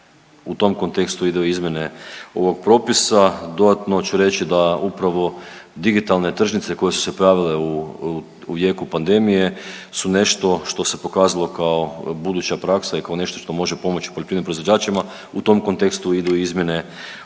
U tom kontekstu idu i izmjene ovog propisa. Dodatno ću reći da upravo digitalne tržnice koje su se pojavile u jeku pandemije su nešto što se pokazalo kao buduća praksa i kao nešto što može pomoći poljoprivrednim proizvođačima. U tom kontekstu idu i izmjene ovog